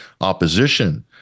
opposition